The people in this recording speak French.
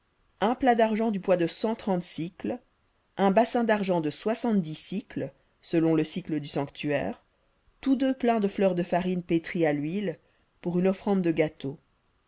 un plat d'argent du poids de cent trente un bassin d'argent de soixante-dix sicles selon le sicle du sanctuaire tous deux pleins de fleur de farine pétrie à l'huile pour une offrande de gâteau